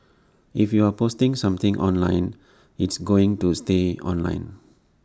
if you're posting something online it's going to stay online